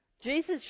Jesus